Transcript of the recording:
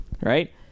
Right